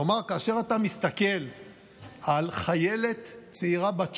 כלומר, כאשר אתה מסתכל על חיילת צעירה, בת 19,